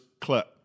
clip